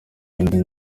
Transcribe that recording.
bindi